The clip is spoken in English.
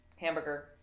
Hamburger